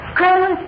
come